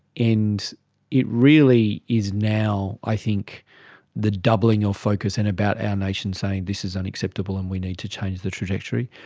and it really is now i think the doubling of focus and about our nation saying this is unacceptable and we need to change the trajectory.